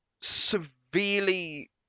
severely